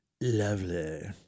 Lovely